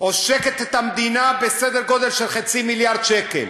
עושקת את המדינה בסדר גודל של חצי מיליארד שקל.